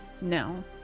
No